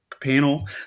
panel